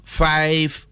five